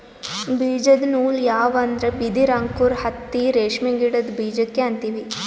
ಬೀಜದ ನೂಲ್ ಯಾವ್ ಅಂದ್ರ ಬಿದಿರ್ ಅಂಕುರ್ ಹತ್ತಿ ರೇಷ್ಮಿ ಗಿಡದ್ ಬೀಜಕ್ಕೆ ಅಂತೀವಿ